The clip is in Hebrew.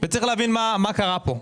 וצריך להבין מה קרה פה.